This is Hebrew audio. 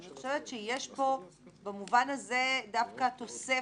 אני חושבת שיש פה במובן הזה דווקא תוספת,